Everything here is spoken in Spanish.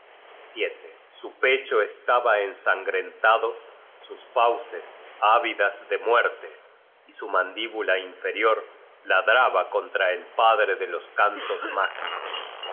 abismo su pecho estaba ensangrentado sus fauces ávidas de muerte y su mandíbula inferior ladraba contra el padre de los cantos mágicos